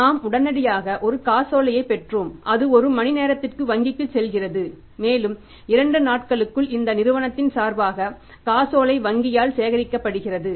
நாம் உடனடியாக ஒரு காசோலையைப் பெற்றோம் அது ஒரு மணி நேரத்திற்குள் வங்கிக்குச் செல்கிறது மேலும் 2 நாட்களுக்குள் இந்த நிறுவனத்தின் சார்பாக காசோலை வங்கியால் சேகரிக்கப்படுகிறது